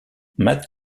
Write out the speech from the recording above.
mad